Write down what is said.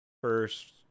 first